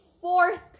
fourth